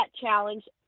challenge